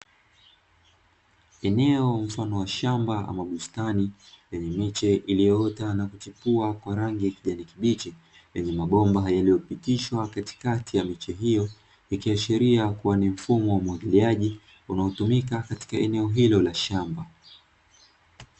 Eneo mfano wa shamba ama bustani, lenye miche iliyoota na kuchipua kwa rangi ya kijani kibichi lenye mabomba yaliyopitishwa katikati ya miche hiyo, ikiashiria kuwa ni mfumo wa umwagiliaji unaotumika katika eneo hilo la shamba.